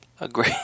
agree